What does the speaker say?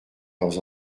leurs